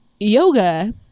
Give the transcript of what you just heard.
Yoga